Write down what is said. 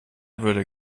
würde